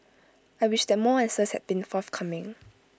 I wish that more answers had been forthcoming